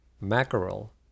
mackerel